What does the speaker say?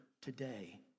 today